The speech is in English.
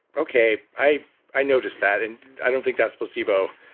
okay, i i noticed that and i don't think that's placebo.